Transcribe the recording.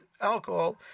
alcohol